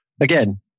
Again